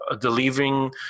delivering